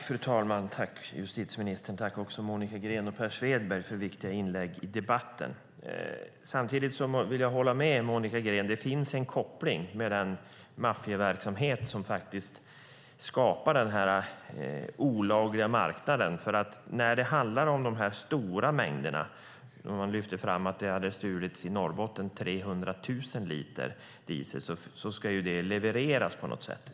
Fru talman! Tack, justitieministern! Tack också Monica Green och Per Svedberg för viktiga inlägg i debatten! Jag vill hålla med Monica Green. Det finns en koppling till den maffiaverksamhet som faktiskt skapar denna olagliga marknad. När det handlar om dessa stora mängder - någon lyfte fram att det hade stulits 300 000 liter i Norrbotten - ska det nämligen levereras på något sätt.